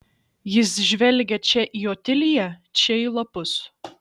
jis žvelgė čia į otiliją čia į lapus